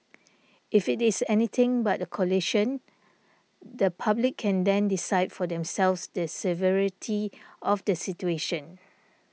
if it is anything but a collision the public can then decide for themselves the severity of the situation